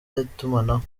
itumanaho